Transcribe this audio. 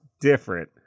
different